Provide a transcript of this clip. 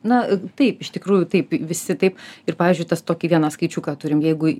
na taip iš tikrųjų taip visi taip ir pavyzdžiui tas tokį vieną skaičiuką turim jeigu